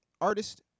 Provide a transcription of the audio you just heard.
artist